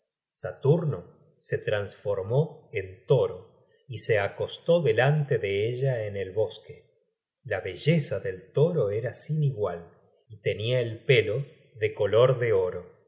saturno se trasformó en toro y se acostó delante de ella en el bosque la belleza del toro era sin igual y tenia el pelo de color de oro